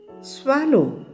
swallow